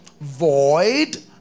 void